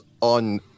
on